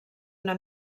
una